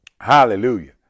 Hallelujah